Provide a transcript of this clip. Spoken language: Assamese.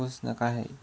খোজ নাকাঢ়েই